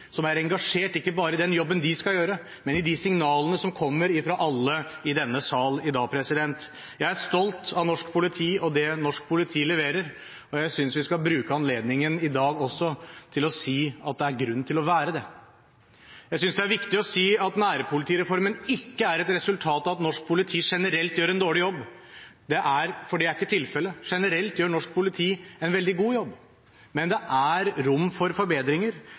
som er engasjert ikke bare i den jobben de skal gjøre, men i de signalene som kommer fra alle i denne sal i dag. Jeg er stolt av norsk politi og det norsk politi leverer, og jeg synes vi skal bruke anledningen i dag også til å si at det er grunn til å være det. Jeg synes det er viktig å si at nærpolitireformen ikke er et resultat av at norsk politi generelt gjør en dårlig jobb, for det er ikke tilfellet. Generelt gjør norsk politi en veldig god jobb, men det er rom for forbedringer.